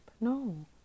no